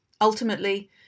ultimately